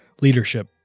leadership